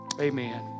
Amen